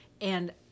And-